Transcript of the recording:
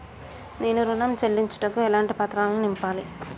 నేను ఋణం చెల్లించుటకు ఎలాంటి పత్రాలను నింపాలి?